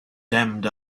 damned